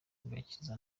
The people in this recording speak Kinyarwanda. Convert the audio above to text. igakiza